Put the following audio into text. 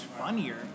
funnier